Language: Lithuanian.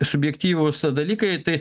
subjektyvūs dalykai tai